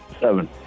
Seven